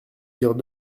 dire